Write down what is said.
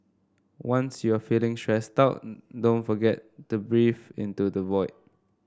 once you are feeling stressed out don't forget to breathe into the void